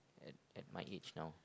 at at my age noe